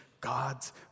God's